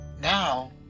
now